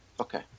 Okay